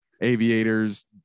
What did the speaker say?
aviators